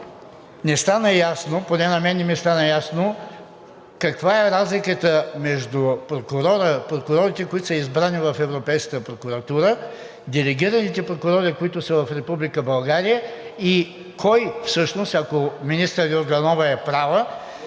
не стана ясно – поне на мен не ми стана ясно, каква е разликата между прокурорите, които са избрани в Европейската прокуратура, делегираните прокурори, които са в Република България, и кой всъщност, ако министър Йорданова е права,